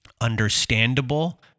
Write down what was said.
understandable